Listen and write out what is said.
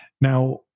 now